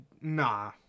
Nah